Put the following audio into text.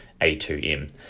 A2M